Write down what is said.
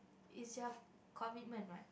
is their commitment what